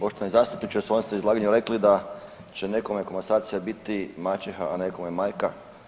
Poštovani zastupniče u svojem ste izlaganju rekli da će nekome komasacija biti maćeha, a nekome majka.